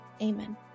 Amen